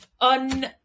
on